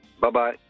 Bye-bye